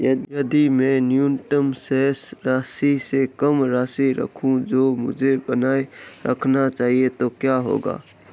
यदि मैं न्यूनतम शेष राशि से कम राशि रखूं जो मुझे बनाए रखना चाहिए तो क्या होगा?